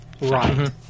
right